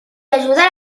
ayudar